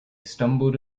stumbled